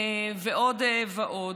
ועוד ועוד.